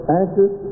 anxious